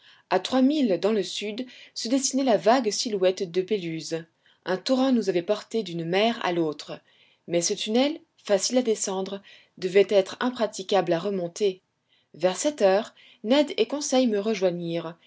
a trois milles dans le sud se dessinait la vague silhouette de péluse un torrent nous avait portés d'une mer à l'autre mais ce tunnel facile à descendre devait être impraticable à remonter vers sept heures ned et conseil me